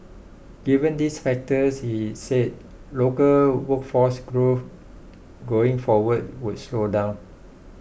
given these factors he said local workforce growth going forward would slow down